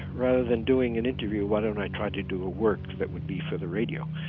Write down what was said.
rather than doing an interview, why don't i try to do a work that would be for the radio.